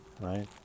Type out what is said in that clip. right